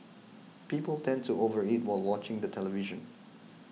people tend to over eat while watching the television